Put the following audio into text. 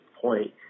point